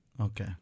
Okay